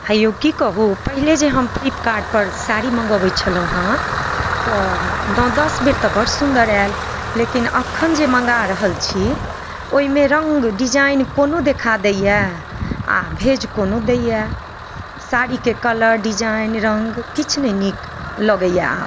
हे यौ कि कहु पहिले जे हम फ्लिपकार्टपर साड़ी मँगौबै छलहुँ हेँ तऽ नओ दस बेर तऽ बड्ड सुन्दर आयल लेकिन अखन जे मँगा रहल छी ओहिमे रङ्ग डिजाइन कोनो देखा दैय आओर भेज कोनो दैय साड़ीके कलर डिजाइन रङ्ग किछु नहि नीक लगैए आब